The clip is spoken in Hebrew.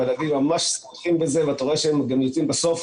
והילדים ממש שמחים עם זה וגם יוצאים בסוף